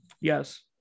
Yes